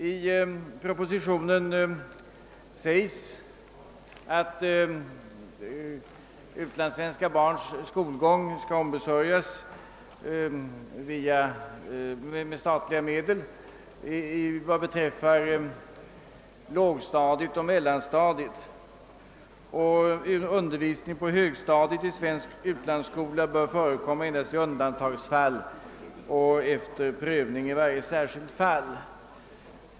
I Kungl. Maj:ts proposition nr 67 säges att utlandssvenska barns skolgång skall finansieras med statliga medel när det gäller lågoch mellanstadierna. Undervisning på högstadiet i svensk utlandsskola bör endast förekomma i undantagsfall och då efter prövning i varje särskilt fall.